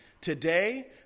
today